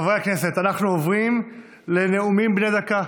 חברי הכנסת, אנחנו עוברים לנאומים בני דקה.